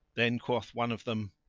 then quoth one of them,